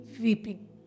weeping